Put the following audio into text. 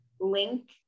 link